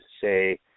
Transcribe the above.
say